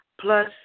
Plus